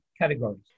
categories